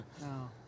No